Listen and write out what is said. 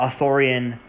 authorian